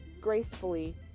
gracefully